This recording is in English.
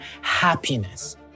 happiness